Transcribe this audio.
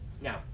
Now